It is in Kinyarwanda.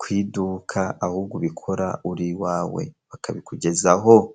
ku iduka aho ubikora uri i wawe bakabikugezaho.